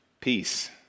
peace